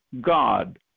God